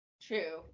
true